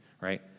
right